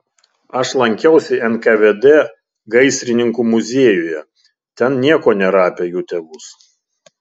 aš lankiausi nkvd gaisrininkų muziejuje ten nieko nėra apie jų tėvus